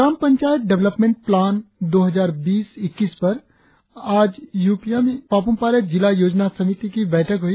ग्राम panchayat development plan दो हजार बीस इक्कीस पर आज यूपिया में पापुम पारे जिला योजना समिति की बैठक हुई